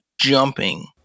jumping